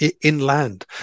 inland